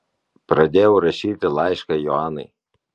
pradėjau rašyti laišką joanai